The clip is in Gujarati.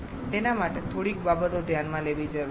તેના માટે થોડીક બાબતો ધ્યાનમાં લેવી જરૂરી છે